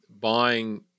buying